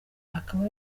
akaba